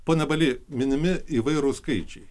pone baly minimi įvairūs skaičiai